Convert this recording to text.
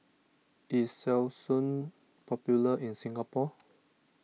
is Selsun popular in Singapore